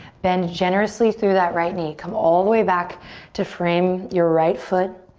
bend generously through that right knee. come all the way back to frame your right foot.